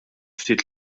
ftit